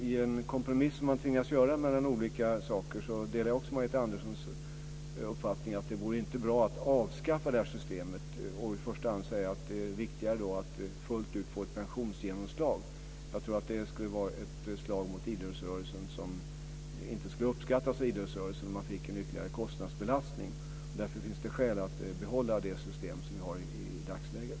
I den kompromiss som man tvingas göra mellan olika önskemål delar jag dock Margareta Anderssons uppfattning att det inte vore bra att avskaffa det här systemet. Om det skulle anses vara viktigare med ett pensionsgenomslag fullt ut, skulle det vara en bakstöt mot idrottsrörelsen i form av en ytterligare kostnadsbelastning, något som den inte skulle uppskatta. Det finns därför skäl att behålla det system som vi har i dagsläget.